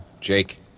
Jake